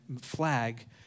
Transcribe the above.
flag